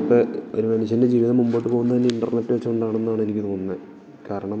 ഇപ്പോൾ ഒരു മനുഷ്യൻ്റെ ജീവിതം മുമ്പോട്ട് പോകുന്നതുതന്നെ ഇൻ്റർനെറ്റ് വച്ചുകൊണ്ടാണെന്നാണ് എനിക്ക് തോന്നുന്നത് കാരണം